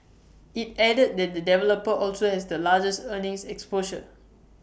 IT added that the developer also has the largest earnings exposure